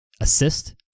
assist